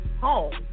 home